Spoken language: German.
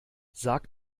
sag